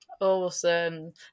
awesome